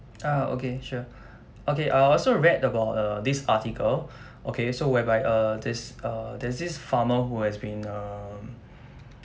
ah okay sure okay I also read about err this article okay so whereby err this err there's this farmer who has been um